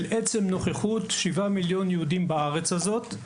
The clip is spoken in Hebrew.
של עצם נוכחות 7 מיליון יהודים בארץ הזאת,